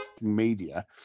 media